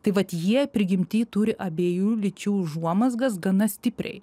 tai vat jie prigimty turi abiejų lyčių užuomazgas gana stipriai